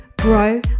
grow